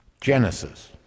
Genesis